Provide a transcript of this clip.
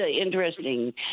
interesting